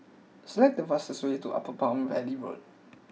select the fastest way to Upper Palm Valley Road